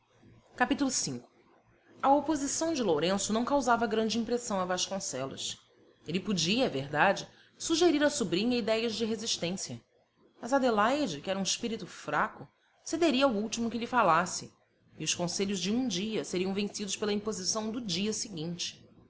a oposição de lourenço não causava grande impressão a vasconcelos ele podia é verdade sugerir à sobrinha idéias de resistência mas adelaide que era um espírito fraco cederia ao último que lhe falasse e os conselhos de um dia seriam vencidos pela imposição do dia seguinte